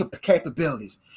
capabilities